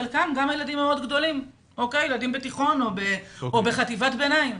חלקם גם ילדים מאוד גדולים בתיכון או בחטיבת ביניים.